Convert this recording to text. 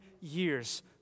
years